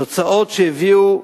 תוצאות שהביאו